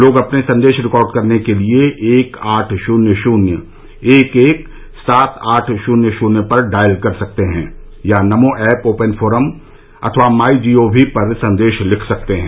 लोग अपने संदेश रिकॉर्ड करने के लिए एक आठ शून्य शून्य एक एक सात आठ शून्य शून्य पर डायल कर सकते हैं या नमो ऐप ओपन फोरम अथवा माई जी ओ वी पर संदेश लिख सकते हैं